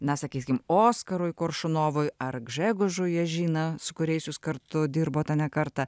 na sakykim oskarui koršunovui ar gžegožui jiežina su kuriais jūs kartu dirbote ne kartą